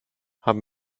haben